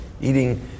eating